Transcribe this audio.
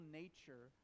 nature